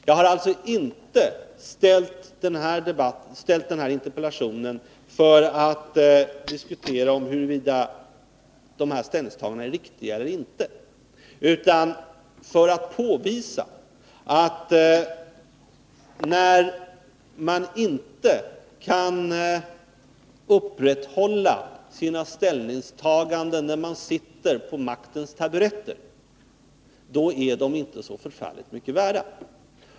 Jag har alltså inte framställt interpellationen för att diskutera huruvida de här ställningstagandena är riktiga eller inte, utan för att påvisa att när man inte kan upprätthålla sina ställningstaganden när man sitter på maktens taburetter, då är de inte så förfärligt mycket värda.